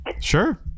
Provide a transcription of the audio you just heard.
Sure